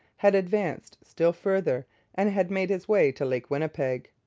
had advanced still farther and had made his way to lake winnipeg.